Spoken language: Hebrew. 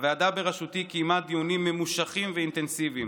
הוועדה בראשותי קיימה דיונים ממושכים ואינטנסיביים,